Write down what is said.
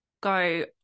go